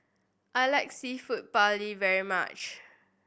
I like Seafood Paella very much